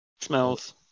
smells